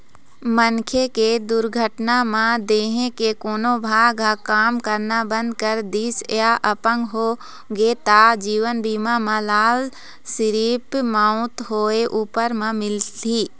मनखे के दुरघटना म देंहे के कोनो भाग ह काम करना बंद कर दिस य अपंग होगे त जीवन बीमा म लाभ सिरिफ मउत होए उपर म मिलही